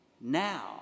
now